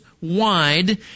wide